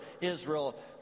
Israel